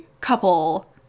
couple